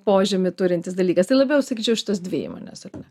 požymį turintis dalykas tai labiau sakyčiau šitos dvi įmonės ar ne